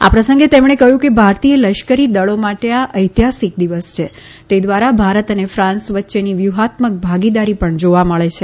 આ પ્રસંગે તેમણે કહ્યું કે ભારતીય લશ્કરી દળો માટે આ ઐતિહાસિક દિવસ છે તે દ્વારા ભારત અને ફાન્સ વચ્ચેની વ્યૂહાત્મક ભાગીદારી પણ જોવા મળે છે